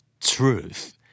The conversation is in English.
Truth